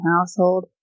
household